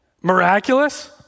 miraculous